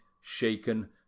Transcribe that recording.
shaken